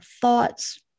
thoughts